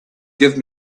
give